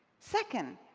second,